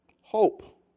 hope